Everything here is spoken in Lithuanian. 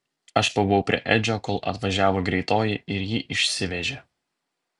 aš pabuvau prie edžio kol atvažiavo greitoji ir jį išsivežė